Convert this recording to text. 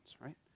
right